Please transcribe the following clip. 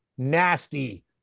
nasty